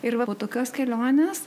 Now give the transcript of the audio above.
ir va po tokios kelionės